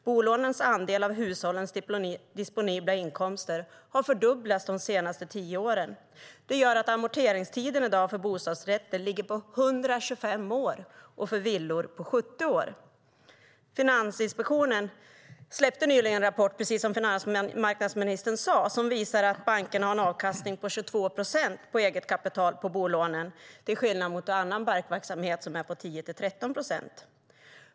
Bolånens andel av hushållens disponibla inkomster har fördubblats de senaste tio åren. Det gör att amorteringstiden i dag för bostadsrätter ligger på 125 år och för villor på 70 år. Finansinspektionen släppte nyligen en rapport, precis som finansmarknadsministern sade, som visar att bankerna har en avkastning på 22 procent på eget kapital på bolånen till skillnad mot annan bankverksamhet som är på 10-13 procent.